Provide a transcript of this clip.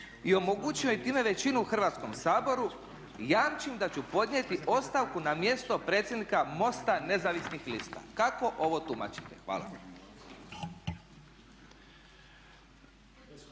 i omogući joj time većinu u Hrvatskom saboru jamčim da ću podnijeti ostavku na mjesto predsjednika MOST-a nezavisnih lista." Kako ovo tumačite? Hvala.